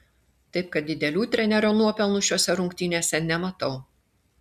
taip kad didelių trenerio nuopelnų šiose rungtynėse nematau